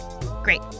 Great